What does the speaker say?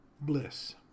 bliss